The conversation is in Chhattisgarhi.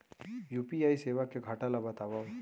यू.पी.आई सेवा के घाटा ल बतावव?